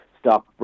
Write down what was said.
stop